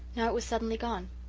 now it was suddenly gone.